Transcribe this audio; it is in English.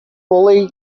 fully